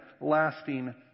lasting